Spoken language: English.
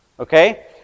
Okay